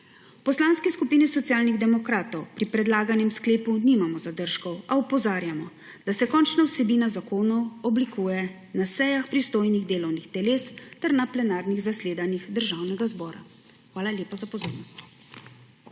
Poslanski skupini Socialnih demokratov pri predlaganem sklepu nimamo zadržkov a opozarjamo, da se končna vsebina zakonov oblikuje na sejah pristojnih delovnih teles ter na plenarnih zasedanjih Državnega zbora. Hvala lepa za pozornost.